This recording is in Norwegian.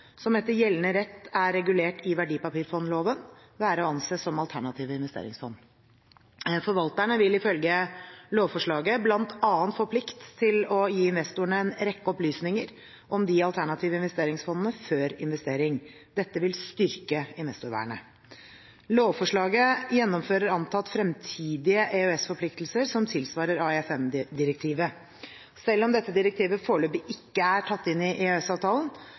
som etter gjeldende rett er regulert i verdipapirfondloven, være å anse som alternative investeringsfond. Forvalterne vil ifølge lovforslaget bl.a. få plikt til å gi investorene en rekke opplysninger om de alternative investeringsfondene før investering. Dette vil styrke investorvernet. Lovforslaget gjennomfører antatt fremtidige EØS-forpliktelser som tilsvarer AIFMD-direktivet. Selv om dette direktivet foreløpig ikke er tatt inn i